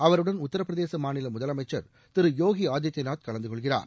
அவருடன் உத்திரபிரதேச மாநில முதலமைச்சர் திரு யோகி ஆதித்தியநாத் கலந்துகொள்கிறார்